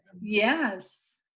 Yes